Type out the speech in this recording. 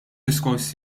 diskors